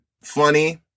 Funny